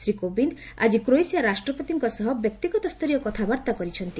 ଶୀ କୋବିନ୍ଦ ଆଳି କ୍ରୋଏସିଆ ରାଷ୍ଟ୍ରପତିଙ୍କ ସହ ବ୍ୟକ୍ତିଗତ ସ୍ତରୀୟ କଥାବାର୍ଭା କରିଛନ୍ତି